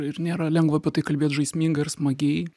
ir nėra lengva apie tai kalbėt žaismingai ir smagiai